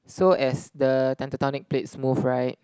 so as the tectonic plates move right